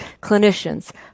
clinicians